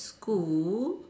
school